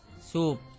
soup